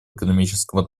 экономическом